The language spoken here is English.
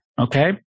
okay